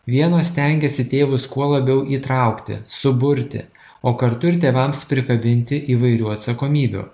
vienos stengiasi tėvus kuo labiau įtraukti suburti o kartu ir tėvams prikabinti įvairių atsakomybių